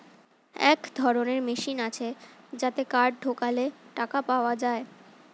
এক ধরনের মেশিন আছে যাতে কার্ড ঢোকালে টাকা পাওয়া যায়